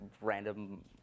random